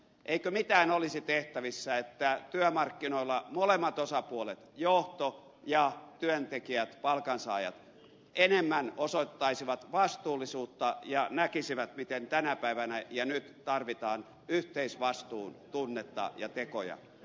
eikö mitään olisi tehtävissä että työmarkkinoilla molemmat osapuolet johto ja työntekijät palkansaajat enemmän osoittaisivat vastuullisuutta ja näkisivät miten tänä päivänä ja nyt tarvitaan yhteisvastuun tunnetta ja tekoja